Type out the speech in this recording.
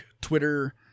Twitter